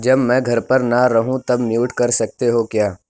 جب میں گھر پر نہ رہوں تب میوٹ کر سکتے ہو کیا